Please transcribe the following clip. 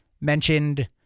mentioned